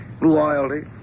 Loyalty